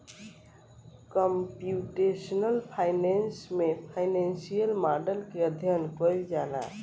computational finance में financial model के अध्ययन कईल जाला